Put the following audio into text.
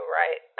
right